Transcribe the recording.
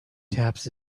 taps